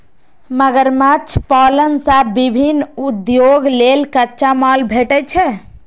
मगरमच्छ पालन सं विभिन्न उद्योग लेल कच्चा माल भेटै छै